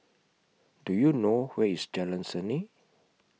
Do YOU know Where IS Jalan Seni